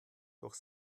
durch